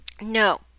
No